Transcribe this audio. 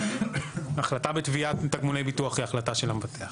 החלטה בתביעת תגמולי ביטוח היא החלטה של המבטח.